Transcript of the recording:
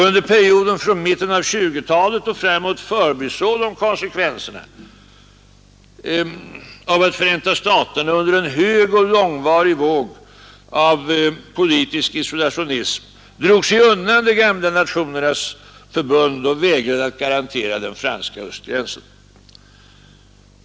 Under perioden från mitten av 1920-talet och framåt förbisåg de konsekvenserna av att Förenta staterna under en hög och långvarig våg av politisk isolationism drog sig undan det gamla Nationernas förbund och vägrade att garantera den franska östgränsen.